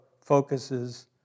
focuses